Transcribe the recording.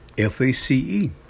F-A-C-E